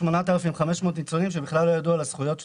מ-8,500 ניצולים שבכלל לא ידעו על הזכויות שלהם.